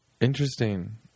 Interesting